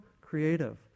creative